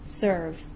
serve